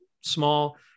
small